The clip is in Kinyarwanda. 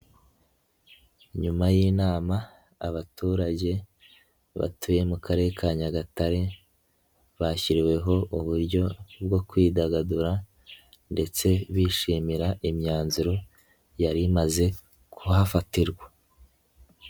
Nyuma yama abaturage batuye mu Karere ka Nyagatare bashyiriweho uburyo bwo kwidagadura ndetse bishimira imyanzuro yari imaze kuhafatirwa.